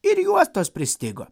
ir juostos pristigo